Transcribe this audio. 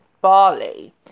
Barley